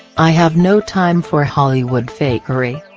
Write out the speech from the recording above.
i have no time for hollywood fakery.